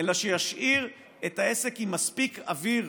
אלא שישאיר את העסק עם מספיק אוויר,